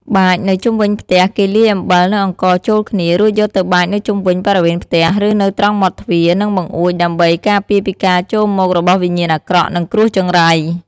បាចនៅជុំវិញផ្ទះគេលាយអំបិល និងអង្ករចូលគ្នា រួចយកទៅបាចនៅជុំវិញបរិវេណផ្ទះ ឬនៅត្រង់មាត់ទ្វារ និងបង្អួច ដើម្បី ការពារពីការចូលមករបស់វិញ្ញាណអាក្រក់ និងគ្រោះចង្រៃ។